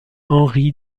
henry